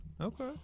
Okay